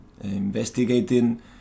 investigating